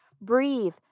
breathe